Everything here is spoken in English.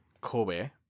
Kobe